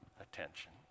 attention